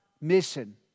mission